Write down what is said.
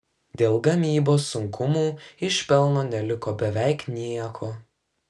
dėl gamybos sunkumų iš pelno neliko beveik nieko